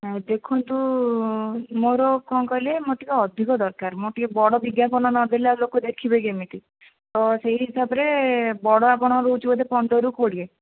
ଦେଖନ୍ତୁ ମୋର କଣ କହିଲେ ମୋର ଟିକିଏ ଅଧିକ ଦରକାର ମୋର ଟିକିଏ ବଡ଼ ବିଜ୍ଞାପନ ନ ଦେଲେ ଲୋକ ଦେଖିବେ କେମିତି ତ ସେହି ହିସାବରେ ବଡ଼ ଆପଣଙ୍କର ରହୁଛି ବୋଧେ ପନ୍ଦରରୁ କୋଡ଼ିଏ